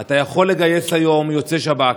אתה יכול לגייס היום יוצאי שב"כ,